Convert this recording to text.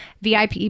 VIP